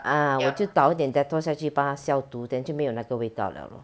ah 我就倒一点 Dettol 下去帮他消毒 then 就没有那个味道 liao lor